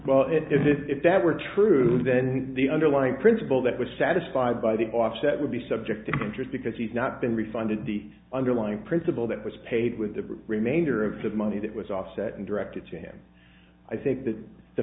well if that were true then the underlying principle that was satisfied by the offset would be subject to interest because he's not been refunded the underlying principle that was paid with the remainder of the money that was offset and directed to him i think that the